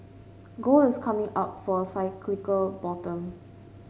gold is coming up for a cyclical bottom